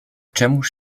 czemuż